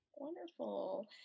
Wonderful